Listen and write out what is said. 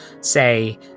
say